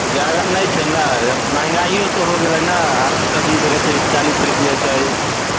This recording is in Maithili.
जादा नहि छै ने महँगाइयो तऽ हो गेलै ने हरा सब्जी देखिऔ चालिस रूपए छै